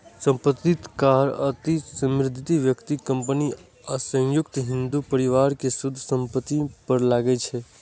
संपत्ति कर अति समृद्ध व्यक्ति, कंपनी आ संयुक्त हिंदू परिवार के शुद्ध संपत्ति पर लागै छै